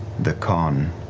the con